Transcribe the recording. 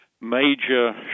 major